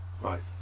right